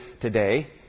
today